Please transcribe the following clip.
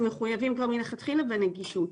מחויבים מלכתחילה בנגישות